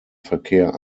verkehr